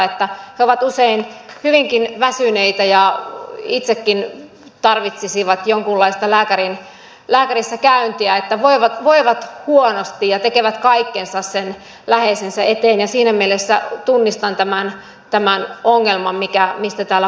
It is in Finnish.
he ovat usein hyvinkin väsyneitä ja itsekin tarvitsisivat jonkinlaista lääkärissä käyntiä voivat huonosti ja tekevät kaikkensa sen läheisensä eteen ja siinä mielessä tunnistan tämän ongelman mistä täällä puhutaan